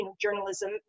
journalism